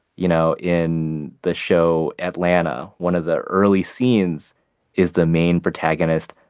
you know in the show atlanta, one of the early scenes is the main protagonist,